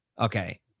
Okay